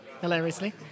hilariously